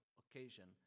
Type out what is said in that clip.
occasion